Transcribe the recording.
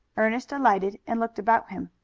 ernest alighted and looked about him.